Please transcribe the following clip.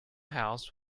house